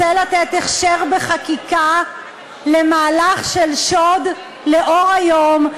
רוצה לתת הכשר בחקיקה למהלך של שוד לאור היום,